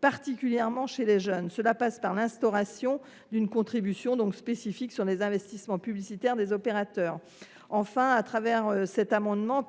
particulièrement chez les jeunes. Cela passe par l’instauration d’une contribution spécifique sur les investissements publicitaires des opérateurs. Enfin, permettez moi, au travers de la défense de cet amendement,